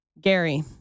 Gary